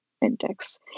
index